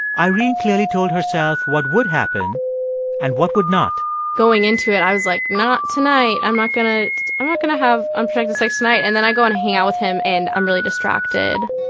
irene clearly told herself what would happen and what would not going into it, i was like, not tonight. i'm not going to i'm not going to have unprotected sex tonight. and then i go and hang out with him and i'm really distracted